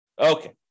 Okay